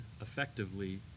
effectively